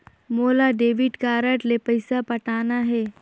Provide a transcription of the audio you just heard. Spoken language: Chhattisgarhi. मोला डेबिट कारड ले पइसा पटाना हे?